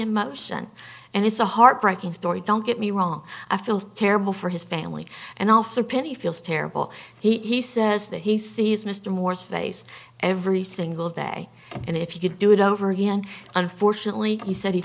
in motion and it's a heartbreaking story don't get me wrong i feel terrible for his family and also penny feels terrible he says that he sees mr moore's face every single day and if you could do it over again unfortunately he said he'd